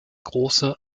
große